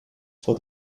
for